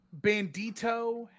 Bandito